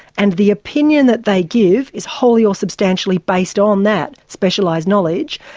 and the opinion that they give is wholly or substantially based on that specialised knowledge,